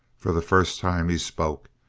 for the first time he spoke,